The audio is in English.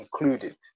included